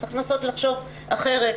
צריך לנסות לחשוב אחרת.